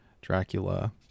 Dracula